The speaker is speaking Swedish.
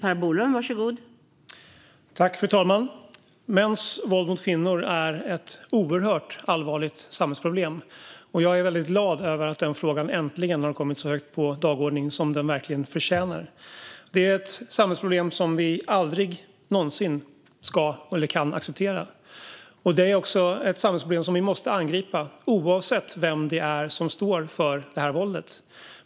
Fru talman! Mäns våld mot kvinnor är ett oerhört allvarligt samhällsproblem. Jag är väldigt glad över att frågan äntligen har kommit så högt upp på dagordningen som den verkligen förtjänar. Det är ett samhällsproblem som vi aldrig någonsin ska eller kan acceptera. Det är också ett samhällsproblem som vi måste angripa oavsett vem det är som står för våldet.